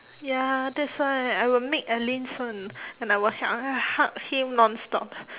ya that's why I will make alyn's one and I will ah hug him nonstop